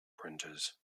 printers